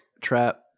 trap